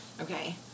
Okay